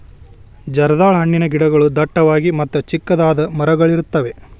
ಜರ್ದಾಳ ಹಣ್ಣಿನ ಗಿಡಗಳು ಡಟ್ಟವಾಗಿ ಮತ್ತ ಚಿಕ್ಕದಾದ ಮರಗಳಿರುತ್ತವೆ